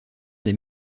des